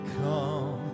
come